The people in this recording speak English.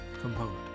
Component